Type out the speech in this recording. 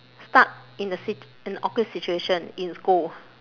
stuck in a sit~ in a awkward situation in school